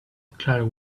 declared